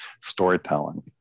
storytelling